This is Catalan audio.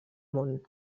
món